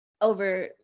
over